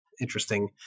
interesting